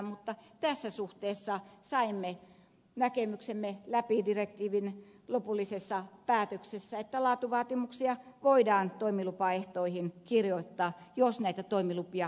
mutta tässä suhteessa saimme näkemyksemme läpi direktiivin lopullisessa päätöksessä että laatuvaatimuksia voidaan toimilupaehtoihin kirjoittaa jos näitä toimilupia joku hakee